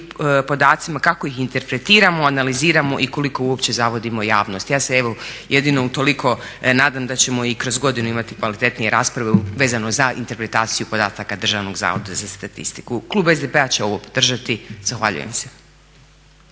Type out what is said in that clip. podacima, kako ih interpretiramo, analiziramo i koliko uopće zavodimo javnost. Ja se evo jedino utoliko nadam da ćemo i kroz godinu imati kvalitetnije rasprave vezano za interpretaciju podataka Državnog zavoda za statistiku. Klub SDP-a će ovo podržati. Zahvaljujem se.